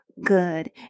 good